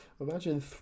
Imagine